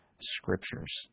Scriptures